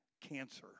cancer